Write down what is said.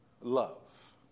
love